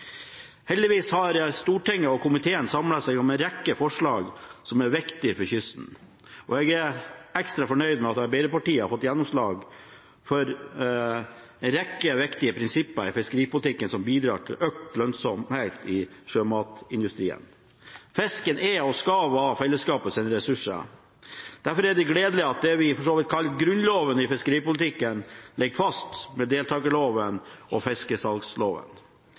som er viktige for kysten, og jeg er ekstra fornøyd med at Arbeiderpartiet har fått gjennomslag for en rekke viktige prinsipper i fiskeripolitikken som bidrar til økt lønnsomhet i sjømatindustrien. Fisken er og skal være fellesskapets ressurs. Derfor er det gledelig at det vi for så vidt kaller «grunnloven» i fiskeripolitikken, ligger fast, med deltakerloven og